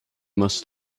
must